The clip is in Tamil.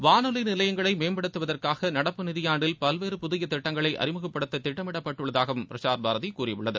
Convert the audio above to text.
வானொலி நிலையங்களை மேம்படுத்துவதற்காக நடப்பு நிதியாண்டில் பல்வேறு புதிய திட்டங்களை அறிமுகப்படுத்த திட்டமிடப்பட்டுள்ளதாகவம் பிரஸாா் பாரதி கூறியுள்ளது